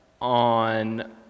on